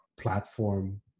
platform